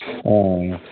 آ